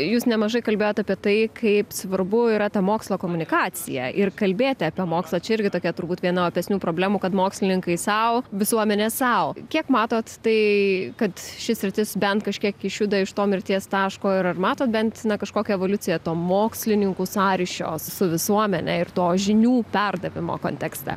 jūs nemažai kalbėjot apie tai kaip svarbu yra ta mokslo komunikacija ir kalbėti apie mokslą čia irgi tokia turbūt viena opesnių problemų kad mokslininkai sau visuomenė sau kiek matot tai kad ši sritis bent kažkiek išjuda iš to mirties taško ir matot bent kažkokią evoliuciją to mokslininkų sąryšio su visuomene ir to žinių perdavimo kontekste